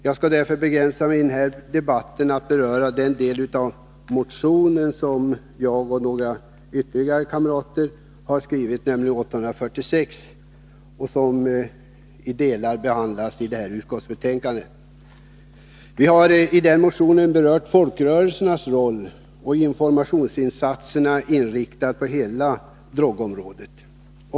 Jag skall därför i dag begränsa mig till de delar av motion 846 av mig och några andra motionärer som behandlas i socialutskottets betänkande. I motionen har vi behandlat folkrörelsernas roll och informationsinsatsernas inriktning på hela drogområdet.